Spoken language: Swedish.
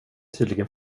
tydligen